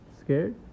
scared